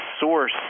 source